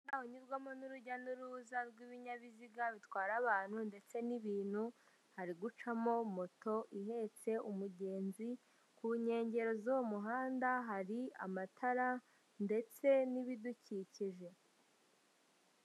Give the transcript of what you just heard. Umuhanda unyurwamo n'urujya n'uruza rw'ibinyabiziga bitwara abantu ndetse n'ibintu, hari gucamo moto ihetse umugenzi, ku nkengero z'uwo muhanda hari amatara ndetse n'ibidukikije.